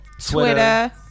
Twitter